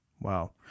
Wow